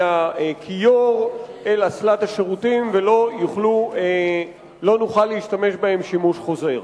מהכיור אל אסלת השירותים ולא נוכל להשתמש בהם שימוש חוזר.